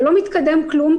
ולא מתקדם כלום,